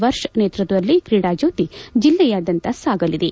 ವರ್ಷ ನೇತೃತ್ವದಲ್ಲ ಕ್ರೀಡಾಜ್ಯೋತಿ ಜಲ್ಲೆಯಾದ್ಯಂತ ಸಾಗಅದೆ